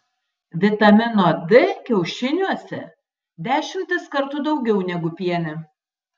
vitamino d kiaušiniuose dešimtis kartų daugiau negu piene